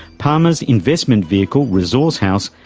palmer's investment vehicle, resourcehouse,